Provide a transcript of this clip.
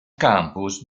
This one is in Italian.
campus